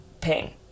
pain